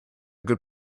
good